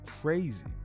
crazy